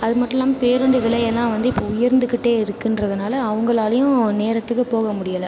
அதுமட்டும் இல்லாமல் பேருந்து விலை எல்லாம் வந்து இப்போ உயர்ந்து கிட்டே இருக்கின்றதுனால அவங்களாலயும் நேரத்துக்கு போக முடியல